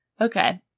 Okay